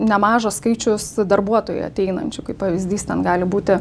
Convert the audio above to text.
nemažas skaičius darbuotojų ateinančių kaip pavyzdys ten gali būti